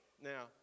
Now